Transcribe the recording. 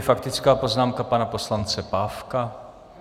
Faktická poznámka pana poslance Pávka.